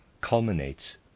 culminates